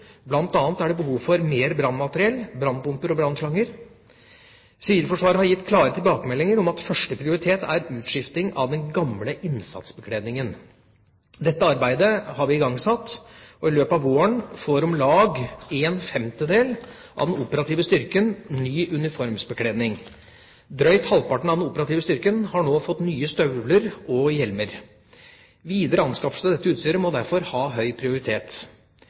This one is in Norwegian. er det behov for mer brannmateriell, brannpumper og brannslanger. Sivilforsvaret har gitt klare tilbakemeldinger om at første prioritet er utskifting av den gamle innsatsbekledningen. Dette arbeidet har vi igangsatt, og i løpet av våren får om lag 1/5> av den operative styrken ny uniformsbekledning. Drøyt halvparten av den operative styrken har nå fått nye støvler og hjelmer. Videre anskaffelse av dette utstyret må derfor ha høy prioritet.